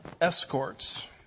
Escorts